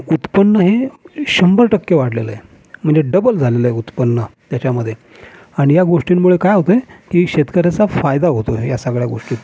उत्पन्न हे शंभर टक्के वाढलेलं आहे म्हणजे डबल झालेलं आहे उत्पन्न त्याच्यामध्ये आणि या गोष्टींमुळे काय होतं आहे की शेतकऱ्याचा फायदा होतो आहे या सगळ्या गोष्टीत